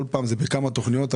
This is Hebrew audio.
כל פעם זה בכמה תוכניות?